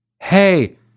Hey